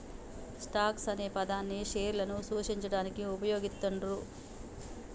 stocks అనే పదాన్ని షేర్లను సూచించడానికి వుపయోగిత్తండ్రు